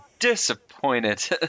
disappointed